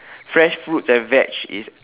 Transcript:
fresh fruits and veg is